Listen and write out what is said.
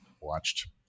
watched